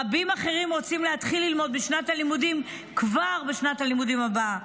רבים אחרים רוצים להתחיל ללמוד כבר בשנת הלימודים הבאה.